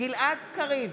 גלעד קריב,